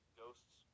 ghosts